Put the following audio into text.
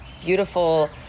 beautiful